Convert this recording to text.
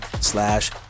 slash